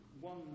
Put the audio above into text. One